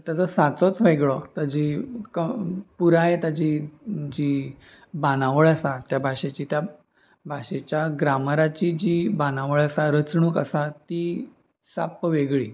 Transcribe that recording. ताचो सांचोच वेगळो ताजी पुराय ताची जी बांदावळ आसा त्या भाशेची त्या भाशेच्या ग्रामराची जी बांदावळ आसा रचणूक आसा ती साप्प वेगळी